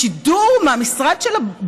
בשידור מהמשרד שלה,